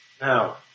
Now